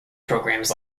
programmes